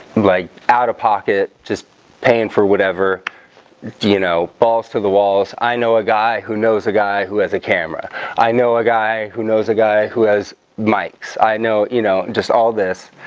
like out-of-pocket just paying for whatever you know balls to the walls. i know a guy who knows a guy who has a camera i know a guy who knows a guy who has mics. i know you know just all this